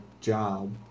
job